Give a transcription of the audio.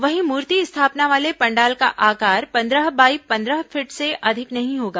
वहीं मूर्ति स्थापना वाले पंडाल का आकार पन्द्रह बाई पन्द्रह फीट से अधिक नहीं होगा